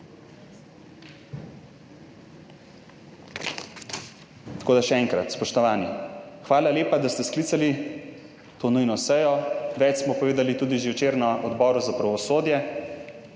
Tako, da, še enkrat, spoštovani, hvala lepa, da ste sklicali to nujno sejo, več smo povedali tudi že včeraj na Odboru za pravosodje,